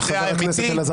במקרה הרע האמיתי אתה נבל.